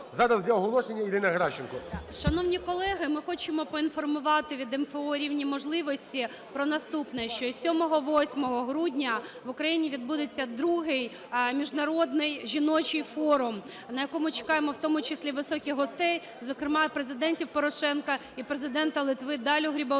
Зараз для оголошення – Ірина Геращенко. ГЕРАЩЕНКО І.В. Шановні колеги! Ми хочемо поінформувати від МФО "Рівні можливості" про наступне. Що 7-8 грудня в Україні відбудеться Другий міжнародний жіночий форум, на якому чекаємо в тому числі високих гостей, зокрема і Президента Порошенка, і Президента Литви Далю Грибаускайте.